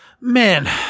man